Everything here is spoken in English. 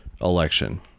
election